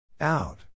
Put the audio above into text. out